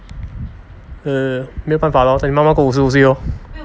err 没有办法 lor 等你妈妈过五十五岁 lor